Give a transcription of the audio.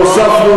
הוספנו עניים.